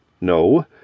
No